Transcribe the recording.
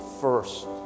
first